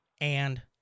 And-